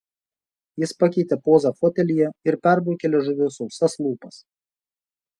jis pakeitė pozą fotelyje ir perbraukė liežuviu sausas lūpas